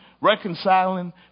reconciling